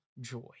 joy